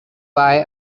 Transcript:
why